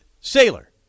sailor